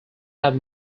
have